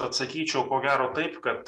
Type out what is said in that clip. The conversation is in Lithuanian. atsakyčiau ko gero taip kad